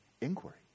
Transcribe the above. inquiry